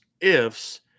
ifs